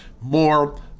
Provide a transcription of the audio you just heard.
more